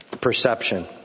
perception